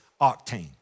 octane